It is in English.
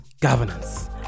governance